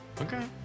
Okay